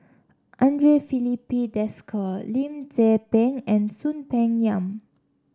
Andre Filipe Desker Lim Tze Peng and Soon Peng Yam